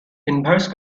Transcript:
inverse